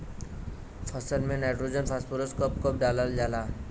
फसल में nitrogen phosphorus कब कब डालल जाला?